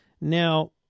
Now